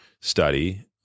study